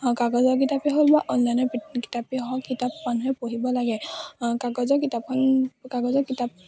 কাগজৰ কিতাপেই হওক বা অনলাইনৰ কিতাপেই হওক কিতাপ মানুহে পঢ়িব লাগে কাগজৰ কিতাপখন কাগজৰ কিতাপ